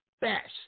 best